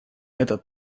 этот